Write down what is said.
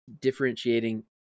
differentiating